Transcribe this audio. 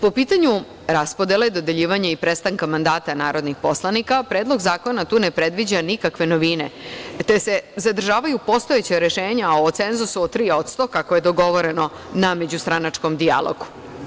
Po pitanju raspodele, dodeljivanju i prestanka mandata narodnih poslanika, Predlog zakona tu ne predviđa nikakve novine, te se zadržavaju postojeća rešenja o cenzusu od 3% kako je dogovoreno na međustranačkom dijalogu.